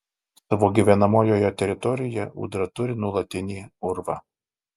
savo gyvenamojoje teritorijoje ūdra turi nuolatinį urvą